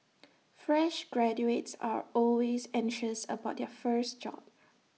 fresh graduates are always anxious about their first job